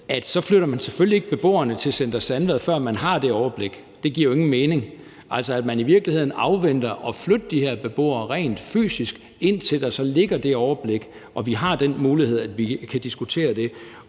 det – at man så selvfølgelig ikke flytter beboerne til Center Sandvad, før man har det overblik; det giver jo ingen mening. Så man afventer i virkeligheden at flytte de her beboere rent fysisk, indtil der så ligger det overblik og vi har den mulighed, at vi kan diskutere det.